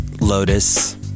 lotus